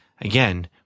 again